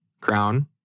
crown